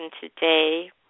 today